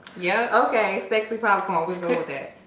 yeah, okay, sexy pop come on.